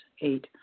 Eight